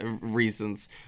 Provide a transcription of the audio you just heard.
reasons